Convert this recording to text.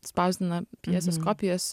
spausdina pjesės kopijas